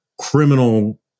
criminal